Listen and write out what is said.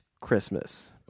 Christmas